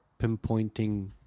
pinpointing